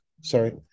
Sorry